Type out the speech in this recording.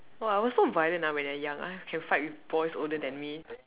!wah! I was so violent ah when I young ah can fight with boys older than me